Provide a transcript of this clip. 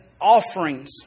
offerings